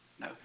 No